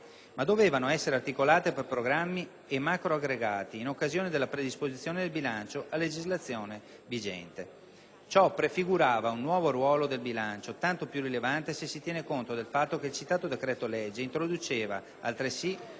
ma dovevano essere articolate per programmi e macroaggregati in occasione della predisposizione del bilancio a legislazione vigente. Ciò prefigurava un nuovo ruolo del bilancio, tanto più rilevante se si tiene conto del fatto che il citato decreto-legge introduceva, altresì,